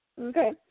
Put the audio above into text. Okay